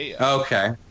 Okay